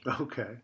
Okay